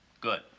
Good